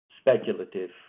speculative